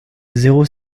zéro